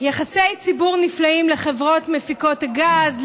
יחסי ציבור נפלאים לחברות מפיקות הגז,